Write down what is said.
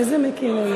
איזה מיקי?